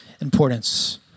importance